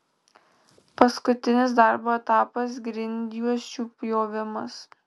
paskutinis darbo etapas grindjuosčių pjovimas